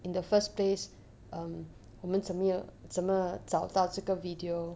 in the first place um 我们怎么怎么找到这个 video